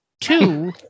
two